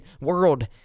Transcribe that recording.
world